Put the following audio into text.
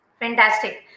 Fantastic